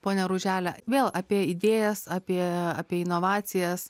pone ružele vėl apie idėjas apie apie inovacijas